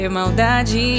maldade